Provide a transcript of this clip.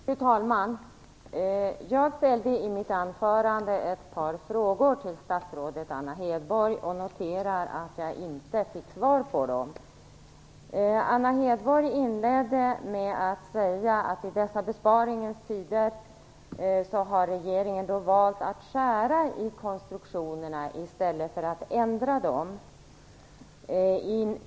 Fru talman! Jag ställde i mitt anförande ett par frågor till statsrådet Anna Hedborg och noterar att jag inte fick svar på dem. Anna Hedborg inledde med att säga att regeringen i dessa besparingens tider har valt att skära i konstruktionerna i stället för att ändra dem.